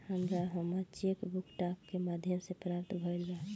हमरा हमर cheque book डाक के माध्यम से प्राप्त भईल बा